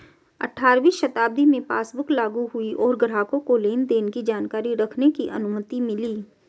अठारहवीं शताब्दी में पासबुक लागु हुई और ग्राहकों को लेनदेन की जानकारी रखने की अनुमति मिली